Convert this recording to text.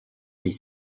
les